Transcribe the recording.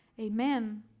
Amen